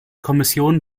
kommission